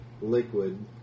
liquid